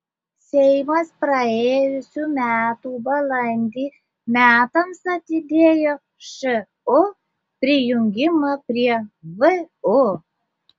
seimas praėjusių metų balandį metams atidėjo šu prijungimą prie vu